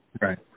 Right